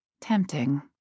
Tempting